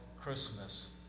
Christmas